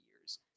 years